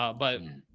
ah but